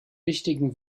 wichtigen